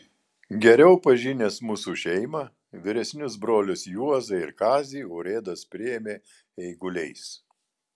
geriau pažinęs mūsų šeimą vyresnius brolius juozą ir kazį urėdas priėmė eiguliais